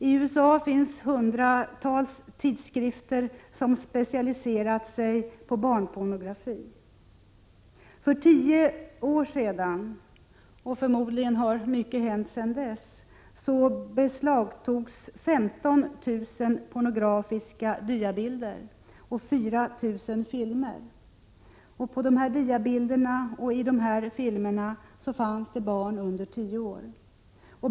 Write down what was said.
I USA förekommer hundratals tidskrifter som har specialiserat sig på barnpornografi. För tio år sedan — förmodligen har mycket hänt sedan dess — beslagtogs 15 000 pornografiska diabilder och 4.000 filmer. På dessa diabilder och i dessa filmer fanns barn under tio år.